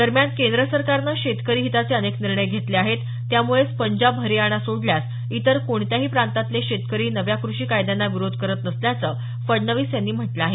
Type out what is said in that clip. दरम्यान केंद्र सरकारनं शेतकरी हिताचे अनेक निर्णय घेतले आहेत त्यामुळेच पंजाब हरियाणा सोडल्यास इतर कोणत्याही प्रांतातले शेतकरी नव्या कृषी कायद्यांना विरोध करत नसल्याचं फडणवीस यांनी म्हटलं आहे